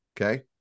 okay